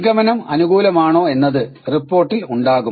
നിഗമനം അനുകൂലമാണോ എന്നത് റിപ്പോർട്ടിൽ ഉണ്ടാകും